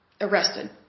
arrested